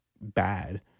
bad –